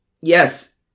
Yes